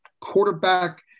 quarterback